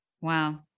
Wow